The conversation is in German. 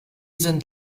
sind